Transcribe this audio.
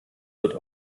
wird